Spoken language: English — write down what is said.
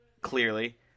Clearly